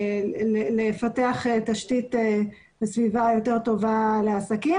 הרשויות לפתח תשתית וסביבה יותר טובה לעסקים.